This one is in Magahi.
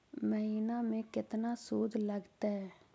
महिना में केतना शुद्ध लगतै?